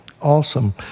Awesome